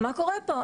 מה קורה פה?